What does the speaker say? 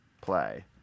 play